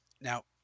now